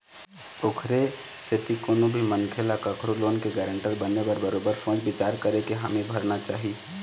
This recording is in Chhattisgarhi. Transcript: ओखरे सेती कोनो भी मनखे ल कखरो लोन के गारंटर बने बर बरोबर सोच बिचार करके हामी भरना चाही